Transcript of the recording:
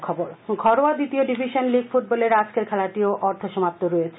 League football ঘরোয়া দ্বিতীয় division league ফুটবলের আজকের খেলাটিও অর্ধ সমাপ্ত রয়েছে